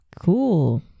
Cool